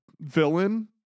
villain